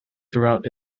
throughout